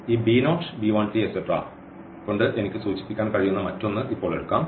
ഈ കൊണ്ട് എനിക്ക് സൂചിപ്പിക്കാൻ കഴിയുന്ന മറ്റൊന്ന് ഇപ്പോൾ എടുക്കാം